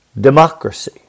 democracy